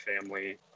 family